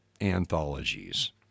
anthologies